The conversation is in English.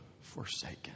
forsaken